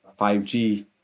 5G